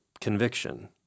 conviction